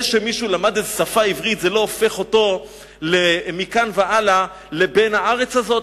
זה שמישהו למד עברית זה לא הופך אותו מכאן והלאה לבן הארץ הזאת,